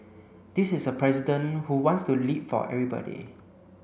this is a president who wants to lead for everybody